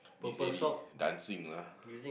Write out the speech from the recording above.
this lady dancing lah